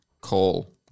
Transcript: call